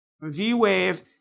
V-wave